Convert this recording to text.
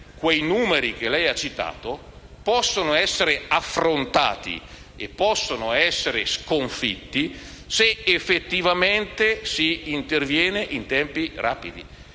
che i numeri che lei ha citato possono essere affrontati e sconfitti se effettivamente si interviene in tempi rapidi